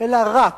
אלא רק.